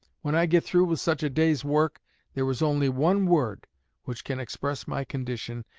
when i get through with such a day's work there is only one word which can express my condition,